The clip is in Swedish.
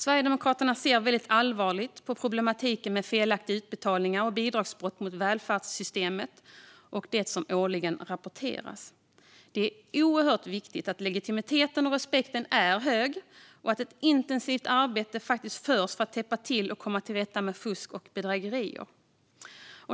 Sverigedemokraterna ser väldigt allvarligt på problematiken med felaktiga utbetalningar och bidragsbrott mot välfärdssystemet, som det årligen rapporteras om. Det är oerhört viktigt att legitimiteten och respekten är hög och att ett intensivt arbete görs för att täppa till och komma till rätta med fusk och bedrägerier.